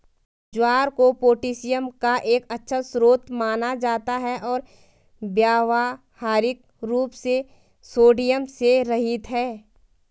ज्वार को पोटेशियम का एक अच्छा स्रोत माना जाता है और व्यावहारिक रूप से सोडियम से रहित है